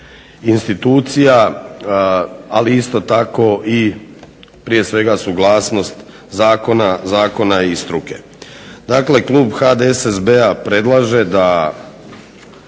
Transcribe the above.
institucija, ali isto tako i prije svega suglasnost zakona i struke. Dakle klub HDSSB-a predlaže da